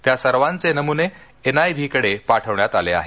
त्या सर्वांचे नमुने एनआयव्हीकडे पाठवण्यात आले आहेत